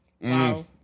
Wow